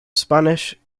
spanish